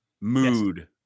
mood